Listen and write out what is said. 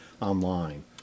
online